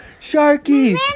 Sharky